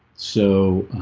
so